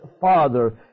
Father